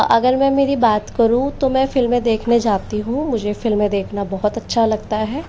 अगर मैं मेरी बात करूँ तो मैं फ़िल्में देखने जाती हूँ मुझे फिल्में देखना बहुत अच्छा लगता है